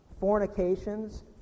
fornications